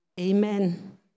Amen